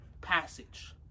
passage